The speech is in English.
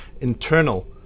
internal